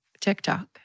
TikTok